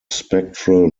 spectral